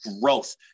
growth